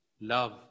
love